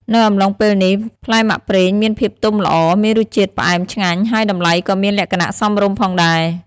នៅអំឡុងពេលនេះ ផ្លែមាក់ប្រាងមានភាពទុំល្អ មានរសជាតិផ្អែមឆ្ងាញ់ ហើយតម្លៃក៏មានលក្ខណៈសមរម្យផងដែរ។